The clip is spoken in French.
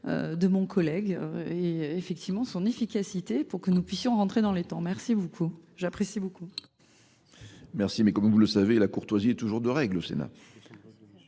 de mon collègue et effectivement son efficacité pour que nous puissions rentrer dans les temps. Merci beaucoup. J'apprécie beaucoup. Merci. Mais comme vous le savez, la courtoisie est toujours de règle au Sénat.